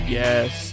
yes